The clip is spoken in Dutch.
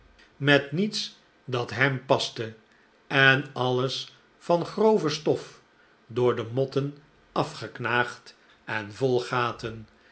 met niets dat hem paste en alles van grove stof door de motten afgeknaagd en vol gaten